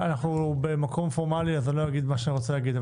אנחנו במקום פורמלי ולכן לא אגיד מה שאני רוצה להגיד,